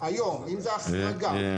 אם זו החרגה,